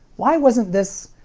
why wasn't this,